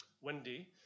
Wendy